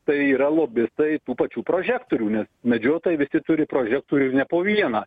tai yra lobistai tų pačių prožektorių nes medžiotojai visi turi prožektorių ir ne po vieną